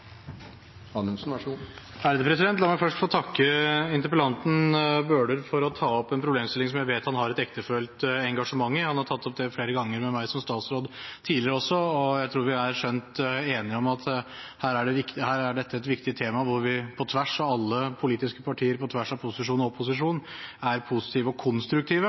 for. Han har tatt opp dette med meg som statsråd også flere ganger tidligere. Jeg tror vi er skjønt enige om at dette er et viktig tema, hvor vi på tvers av alle politiske partier – på tvers av posisjon og opposisjon – er positive og konstruktive